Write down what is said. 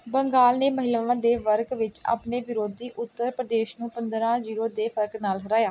ਬੰਗਾਲ ਨੇ ਮਹਿਲਾਵਾਂ ਦੇ ਵਰਗ ਵਿੱਚ ਆਪਣੇ ਵਿਰੋਧੀ ਉੱਤਰ ਪ੍ਰਦੇਸ਼ ਨੂੰ ਪੰਦਰਾਂ ਜ਼ੀਰੋ ਦੇ ਫਰਕ ਨਾਲ ਹਰਾਇਆ